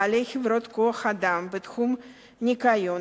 בעלי חברות כוח-אדם בתחום הניקיון,